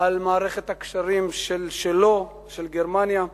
על מערכת הקשרים שלו, של גרמניה.